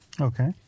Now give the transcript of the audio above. Okay